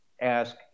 ask